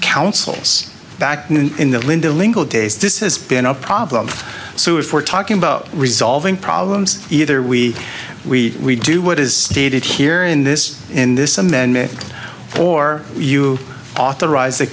councils back in the linda lingle days this has been a problem so if we're talking about resolving problems either we we do what is stated here in this in this amendment or you authorize